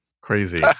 crazy